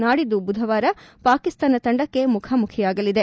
ನಾಡಿದ್ದು ಬುಧವಾರ ಪಾಕಿಸ್ತಾನ ತಂಡಕ್ಕೆ ಮುಖಾಮುಖಿಯಾಗಲಿದೆ